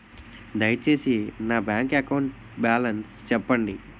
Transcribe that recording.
దయచేసి నా bank account balance చెప్పండి